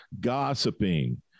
gossiping